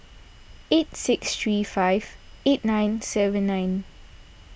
eight six three five eight nine seven nine